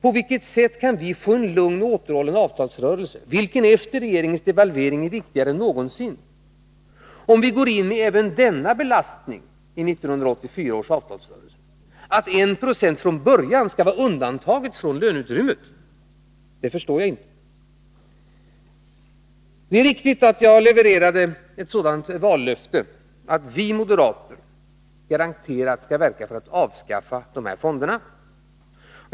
På vilket sätt kan vi få en lugn och återhållen avtalsrörelse, som efter regeringens devalvering är viktigare än någonsin, om vi går in med även denna belastning i 1984 års avtalsrörelse, att 1 20 från början skall vara undantagen från löneutrymmet? Det förstår jag inte. Det är riktigt att jag levererade ett sådant vallöfte, att vi moderater garanterat skall verka för att avskaffa dessa fonder.